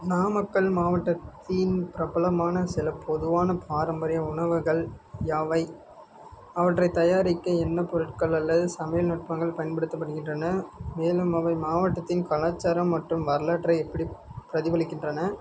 நாமக்கல் மாவட்டத்தின் பிரபலமான சில பொதுவான பாரம்பரிய உணவகங்கள் யாவை அவற்றை தயாரிக்க என்ன பொருட்கள் அல்லது சமையல் நுட்பங்கள் பயன்படுத்தப்படுகின்றன மேலும் அவை மாவட்டத்தின் கலாச்சாரம் மற்றும் வரலாற்றை எப்படி பிரதிபலிக்கின்றன